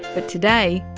but today,